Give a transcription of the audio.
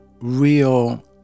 real